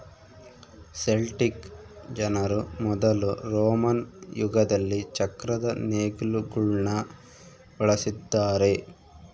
Celtic ಜನರು ಮೊದಲು Roman ಯುಗದಲ್ಲಿ ಚಕ್ರದ ನೇಗಿಲುಗುಳ್ನ ಬಳಸಿದ್ದಾರೆ